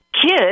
kids